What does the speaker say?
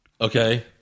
Okay